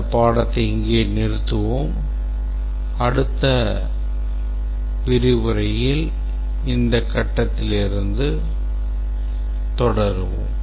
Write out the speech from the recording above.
இந்த பாடத்தை இங்கே நிறுத்துவோம் அடுத்த பாடத்தில் இந்த கட்டத்தில் இருந்து தொடருவோம்